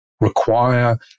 require